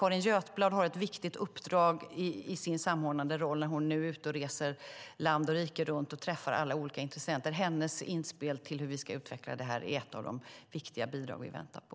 Carin Götblad har ett viktigt uppdrag i sin samordnade roll när hon nu reser land och rike runt och träffar alla olika intressenter. Hennes inspel till hur vi ska utveckla detta är ett av de viktiga bidrag vi väntar på.